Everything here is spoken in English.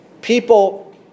People